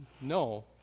No